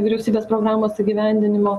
vyriausybės programos įgyvendinimo